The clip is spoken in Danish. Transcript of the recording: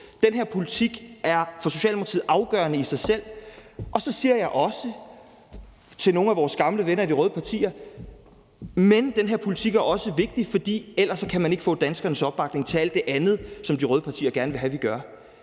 Den her politik er for Socialdemokratiet afgørende i sig selv. Og så siger jeg også til nogle af vores gamle venner i de røde partier: Men den her politik er også vigtig, for ellers kan man ikke få danskernes opbakning til alt det andet, som de røde partierne gerne vil have at vi gør.